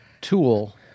tool